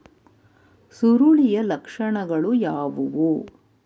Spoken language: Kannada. ಸುರುಳಿಯ ಲಕ್ಷಣಗಳು ಯಾವುವು?